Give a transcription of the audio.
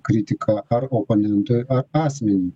kritiką ar oponentui ar asmeniui